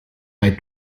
bei